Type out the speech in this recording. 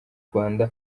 rwanda